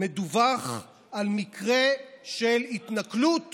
מדווח על מקרה של התנכלות